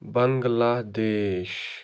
Bangladesh